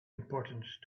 importance